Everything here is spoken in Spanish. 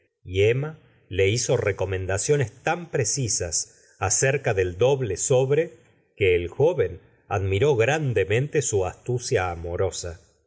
y emma le hizo recomendaciones tan preci sas acerca del doble sobre que el joven admiró grandemente su astucia amorosa